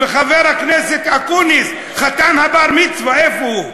וחבר הכנסת אקוניס, חתן הבר-מצווה, איפה הוא?